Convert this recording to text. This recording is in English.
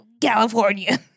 California